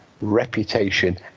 reputation